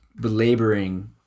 belaboring